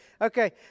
Okay